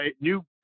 new